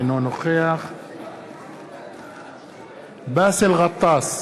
אינו נוכח באסל גטאס,